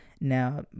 Now